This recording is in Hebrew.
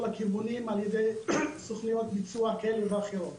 הכיוונים על ידי סוכנויות ביצוע כאלה ואחרות.